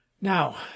Now